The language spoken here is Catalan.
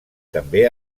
també